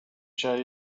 share